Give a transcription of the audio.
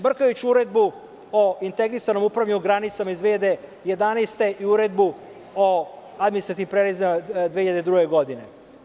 Brkajući Uredbu o integrisanom upravljanju granicama iz 2011. i Uredbu o administrativnim prelazima iz 2002. godine.